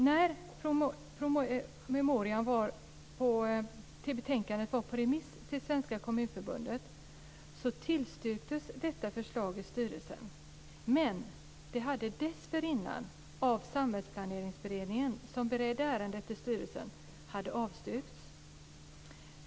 När promemorian till betänkandet var på remiss till Svenska Kommunförbundet tillstyrktes detta förslag i styrelsen. Men dessförinnan hade det avstyrkts av Samhällsplaneringsberedningen, som beredde ärendet i styrelsen.